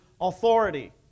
authority